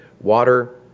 water